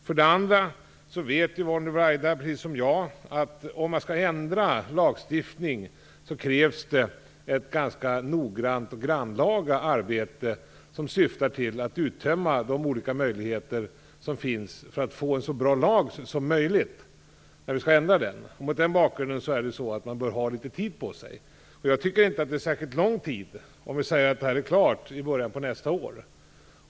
Yvonne Ruwaida vet precis som jag att om man skall ändra lagstiftning krävs ett ganska noggrant och grannlaga arbete som syftar till att uttömma de olika möjligheter som finns för att få en så bra lag som möjligt. Mot den bakgrunden bör man ha litet tid på sig. Jag tycker inte att det här är fråga om särskilt lång tid, eftersom detta skall vara klart i början på nästa år.